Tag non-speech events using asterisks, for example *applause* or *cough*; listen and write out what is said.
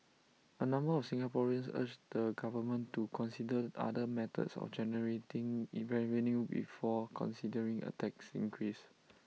A number of Singaporeans urged the government to consider other methods of generating *hesitation* revenue before considering A tax increase